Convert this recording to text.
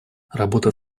работа